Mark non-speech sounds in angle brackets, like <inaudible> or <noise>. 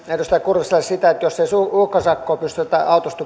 edustaja kurviselle sanon sen että jos ei uhkasakkoa pystytä autossa <unintelligible>